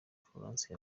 florence